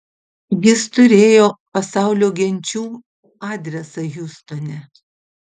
jis turėjo pasaulio genčių adresą hjustone